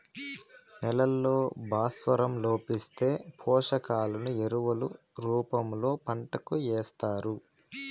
నేలల్లో భాస్వరం లోపిస్తే, పోషకాలను ఎరువుల రూపంలో పంటకు ఏస్తారు